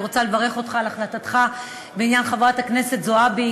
אני רוצה לברך אותך על החלטתך בעניין חברת הכנסת זועבי.